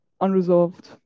unresolved